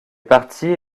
parties